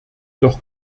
doch